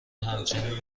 همچنین